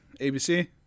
ABC